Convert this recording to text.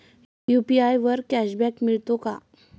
UPI वर cashback मिळतो का?